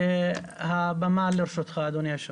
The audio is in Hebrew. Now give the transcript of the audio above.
הבמה לרשותך, אדוני.